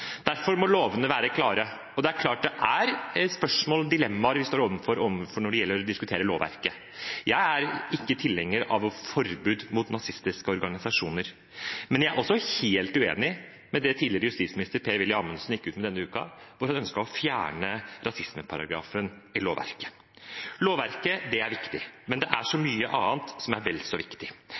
Derfor må lovene være klare. Det er klart at det er spørsmål og dilemmaer vi står overfor når det gjelder å diskutere lovverket. Jeg er ikke tilhenger av forbud mot nazistiske organisasjoner, men jeg er også helt uenig i det tidligere justisminister Per-Willy Amundsen gikk ut med denne uken, hvor han ønsket å fjerne rasismeparagrafen i lovverket. Lovverket er viktig, men det er så mye annet som er vel så viktig.